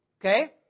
Okay